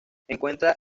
encuentra